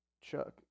Chuck